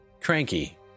Cranky